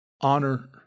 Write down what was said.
honor